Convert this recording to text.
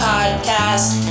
Podcast